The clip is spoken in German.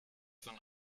von